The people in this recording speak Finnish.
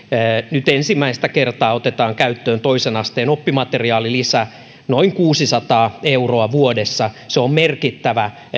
nyt ensimmäistä kertaa otetaan käyttöön toisen asteen oppimateriaalilisä noin kuusisataa euroa vuodessa se on merkittävä